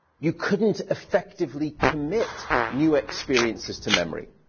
you couldn't effectively commit new experiences to memory.